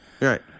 Right